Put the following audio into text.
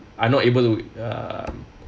I'm not able to uh